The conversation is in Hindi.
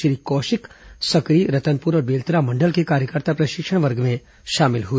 श्री कौशिक सकरी रतनपुर और बेलतरा मंडल के कार्यकर्ता प्र शिक्षण वर्ग में शामिल हुए